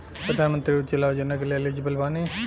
प्रधानमंत्री उज्जवला योजना के लिए एलिजिबल बानी?